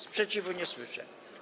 Sprzeciwu nie słyszę.